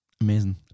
Amazing